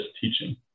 teaching